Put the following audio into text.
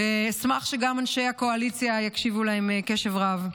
ואשמח שגם אנשי הקואליציה יקשיבו להם בקשב רב.